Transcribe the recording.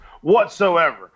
whatsoever